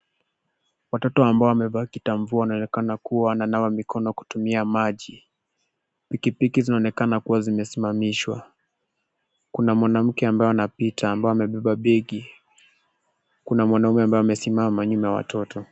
Watoto ambao wamevaa kitamvua wanaonekana kuwa wananawa mikono kutumia maji, pikipiki zinaonekana kuwa zimesimamishwa, kuna mwanamke ambaye anapita ambaye amebeba begi, kuna mwanaume ambaye amesimama nyuma ya watoto.